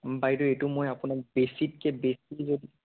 বাইদেউ এইটো মই আপোনাক বেছিতকৈ বেছি